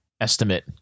estimate